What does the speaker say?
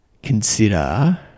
consider